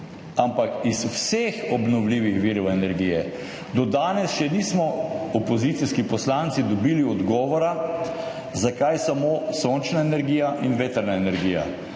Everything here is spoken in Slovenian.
ampak iz vseh obnovljivih virov energije. Do danes še opozicijski poslanci nismo dobili odgovora, zakaj samo sončna energija in vetrna energija.